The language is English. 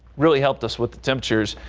really helped us with the temperatures.